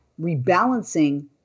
rebalancing